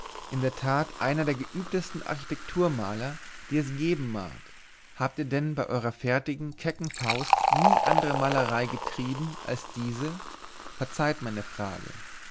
in der tat einer der geübtesten architektur maler die es geben mag habt ihr denn bei eurer fertigen kecken faust nie andere malerei getrieben als diese verzeiht meine frage